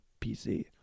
PC